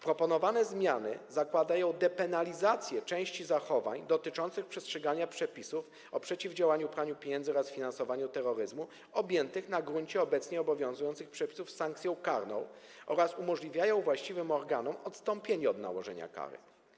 Proponowane zmiany zakładają depenalizację części zachowań dotyczących przestrzegania przepisów o przeciwdziałaniu praniu pieniędzy oraz finansowaniu terroryzmu, objętych na gruncie obecnie obowiązujących przepisów sankcją karną, a także umożliwiają właściwym organom odstąpienie od nałożenia kary.